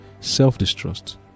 self-distrust